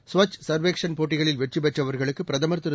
ஸ்வச் ஸர்வேக்ஷன் போட்டிகளில் வெற்றிபெற்றவர்களுக்குபிரதமர் திரு